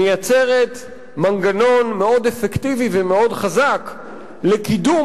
מייצרת מנגנון מאוד אפקטיבי ומאוד חזק לקידום